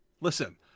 listen